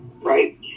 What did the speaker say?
Right